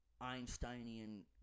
Einsteinian